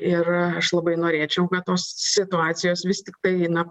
ir aš labai norėčiau kad tos situacijos vis tiktai na